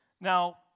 Now